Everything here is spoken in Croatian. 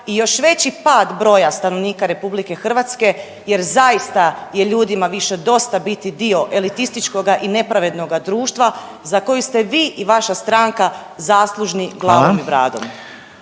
i još veći pad broja stanovnika RH jer zaista je ljudima više biti dio elitističkoga i nepravednoga društva za koji ste vi i vaša stranka zaslužni glavom i bradom.